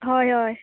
होय होय